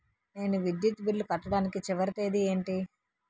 నేను విద్యుత్ బిల్లు కట్టడానికి చివరి తేదీ ఏంటి?